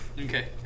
Okay